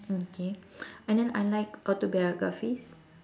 okay and then I like autobiographies